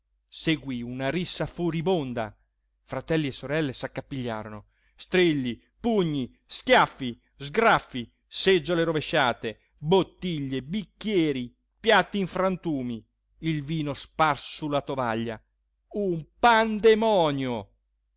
seguí una rissa furibonda fratelli e sorelle s'accapigliarono strilli pugni schiaffi sgraffi seggiole rovesciate bottiglie bicchieri piatti in frantumi il vino sparso su la tovaglia un pandemonio